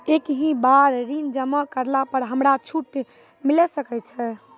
एक ही बार ऋण जमा करला पर हमरा छूट मिले सकय छै?